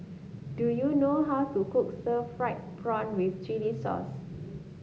do you know how to cook Stir Fried Prawn with Chili Sauce